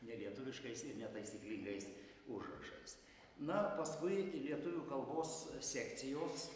nelietuviškais ir netaisyklingais užrašais na paskui lietuvių kalbos sekcijos